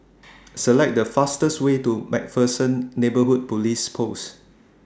Select The fastest Way to MacPherson Neighbourhood Police Post